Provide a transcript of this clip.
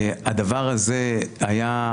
הדבר הזה היה,